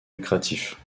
lucratif